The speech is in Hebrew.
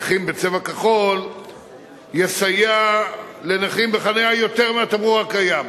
נכים בצבע כחול יסייע לנכים בחנייה יותר מהתמרור הקיים.